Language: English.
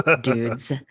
dudes